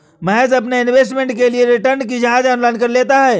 महेश अपने इन्वेस्टमेंट के लिए रिटर्न की जांच ऑनलाइन कर लेता है